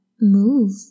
Move